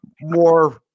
more